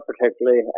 particularly